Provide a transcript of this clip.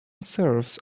serves